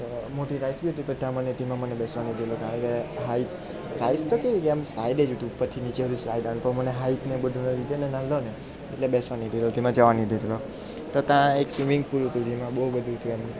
તો મોટી રાઇડ્સ બી હતી પણ ત્યાં મને તેમાં મને બેસવા ન દીધું કે હાઇટ્સ તો કે એમ સ્લાઇડ જ હતું ઉપરથી નીચે ઓલી સ્લાઇડ આવે પણ મને હાઇટને બધુંના લીધે નાલ્લોને એટલે બેસવા ન દીધો તેમાં જવા ન દીધો તો તાં એક સ્વિમિંગ પુલ હતું જેમાં બહુ બધું હતું એમ